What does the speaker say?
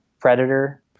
predator